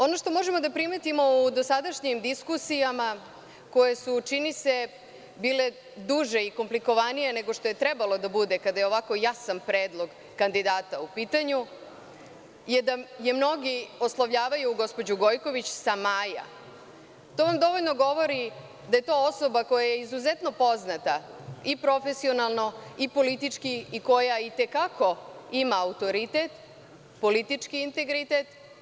Ono što možemo da primetimo u dosadašnjim diskusijama koje su, čini se, bile duže i komlikovanije nego što su trebale da budu kada je ovako jasan predlog kandidata u pitanju, je da mnogi oslovljavaju gospođu Gojković sa Maja, što dovoljno govori da je to osoba koja je izuzetno poznata i profesionalno i politički i koja i te kako ima autoritet, politički integritet.